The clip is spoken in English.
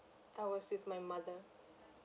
I was with my mother